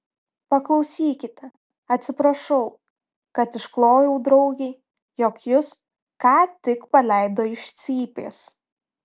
paklausykite atsiprašau kad išklojau draugei jog jus ką tik paleido iš cypės